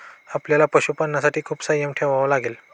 आपल्याला पशुपालनासाठी खूप संयम ठेवावा लागेल